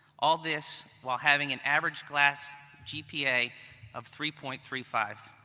all this, while having an average class gpa of three point three five.